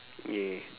ya